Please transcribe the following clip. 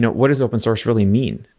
what is open source really mean?